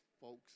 folks